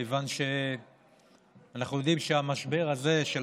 כיוון שאנחנו יודעים שהמשבר הזה של